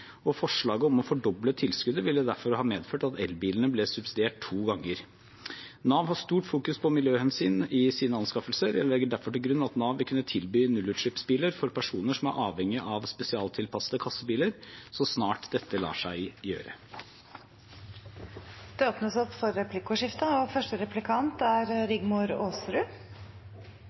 Forslaget om å fordoble tilskuddet ville derfor ha medført at elbilene ble subsidiert to ganger. Nav har stort fokus på miljøhensyn i sine anskaffelser. Jeg legger derfor til grunn at Nav vil kunne tilby nullutslippsbiler for personer som er avhengige av spesialtilpassede kassebiler, så snart dette lar seg gjøre. Det blir replikkordskifte. Statsråden sier i sitt svar til komiteen, og